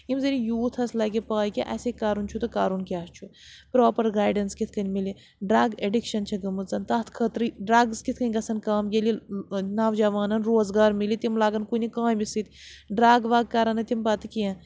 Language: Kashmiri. یِم زَن یوٗتھَس لَگہِ پاے کہِ اَسے کَرُن چھُ تہٕ کَرُن کیٛاہ چھُ پراپَر گایڈَنٕس کِتھ کٔنۍ مِلہِ ڈرٛگ ایٚڈِکشَن چھےٚ گٔمٕژَن تَتھ خٲطرٕ ڈرٛگٕز کِتھ کٔنۍ گژھن کٲم ییٚلہِ نَوجَوانَن روزگار مِلہِ تِم لَگَن کُنہِ کامہِ سۭتۍ ڈرٛگ وَگ کَرَن نہٕ تِم پَتہٕ کینٛہہ